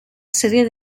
serie